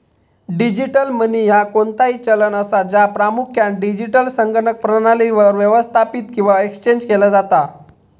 digital money ह्या कोणताही चलन असा, ज्या प्रामुख्यान डिजिटल संगणक प्रणालीवर व्यवस्थापित किंवा एक्सचेंज केला जाता